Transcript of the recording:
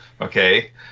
okay